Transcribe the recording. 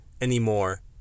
anymore